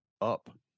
up